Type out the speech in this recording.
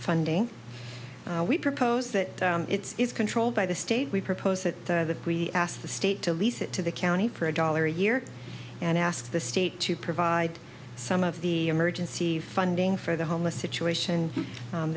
funding we propose that it's controlled by the state we propose that the we ask the state to lease it to the county for a dollar a year and ask the state to provide some of the emergency funding for the homeless situation